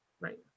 right